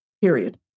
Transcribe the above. period